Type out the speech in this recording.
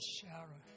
shower